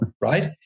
right